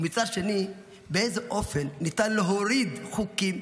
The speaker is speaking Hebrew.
ומצד שני באיזה אופן ניתן להוריד חוקים,